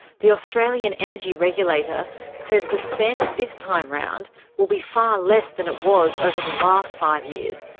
the australian energy regulator says the spend this time round will be far less than it was over the last five years,